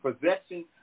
possession